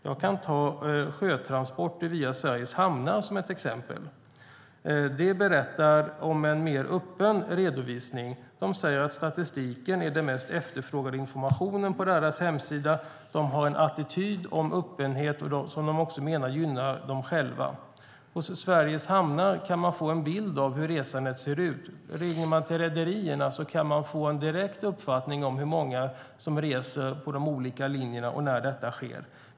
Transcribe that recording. Jag kan ta sjötransporter via Sveriges Hamnar som ett exempel. De berättar om en mer öppen redovisning. De säger att statistiken är den mest efterfrågade informationen på deras hemsida. De har en attityd om öppenhet som de menar gynnar dem själva. Hos Sveriges Hamnar kan man få en bild av hur resandet ser ut. Ringer man till rederierna kan man få en direkt uppfattning om hur många som reser på de olika linjerna och när detta sker.